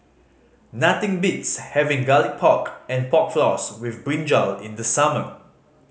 nothing beats having Garlic Pork and Pork Floss with brinjal in the summer